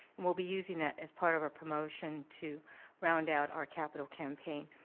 and we'll be using that as part of our promotion to round out our capital campaign.